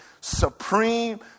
supreme